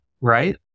right